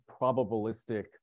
probabilistic